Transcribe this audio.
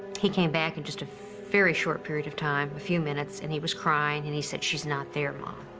he came back in just a very short period of time, a few minutes, and he was crying. and he said, she's not there, mom.